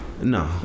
No